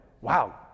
Wow